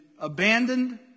abandoned